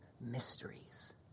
mysteries